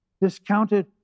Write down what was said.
discounted